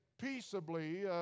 peaceably